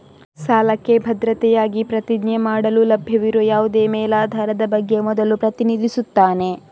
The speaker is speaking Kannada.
ಸಾಲಕ್ಕೆ ಭದ್ರತೆಯಾಗಿ ಪ್ರತಿಜ್ಞೆ ಮಾಡಲು ಲಭ್ಯವಿರುವ ಯಾವುದೇ ಮೇಲಾಧಾರದ ಬಗ್ಗೆ ಮೊದಲು ಪ್ರತಿನಿಧಿಸುತ್ತಾನೆ